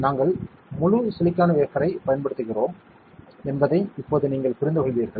நாங்கள் முழு சிலிக்கான் வேஃபரைப் பயன்படுத்துகிறோம் என்பதை இப்போது நீங்கள் புரிந்துகொள்கிறீர்கள்